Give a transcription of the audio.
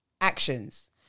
actions